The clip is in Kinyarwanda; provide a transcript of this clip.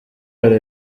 hari